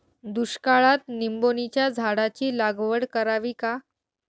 दुष्काळात निंबोणीच्या झाडाची लागवड करावी का?